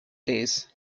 days